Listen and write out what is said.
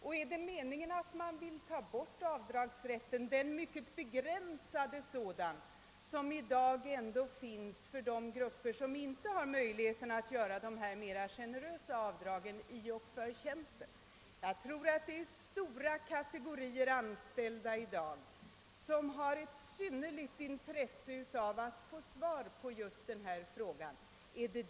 Och är det meningen att den mycket begränsade avdragsrätt som i dag ändå medges för de grupper som inte kan göra de mer generösa avdragen på grund av tjänst också skall tas bort? Jag tror att stora kategorier anställda har ett synnerligen stort intresse av att få svar på just dessa frågor.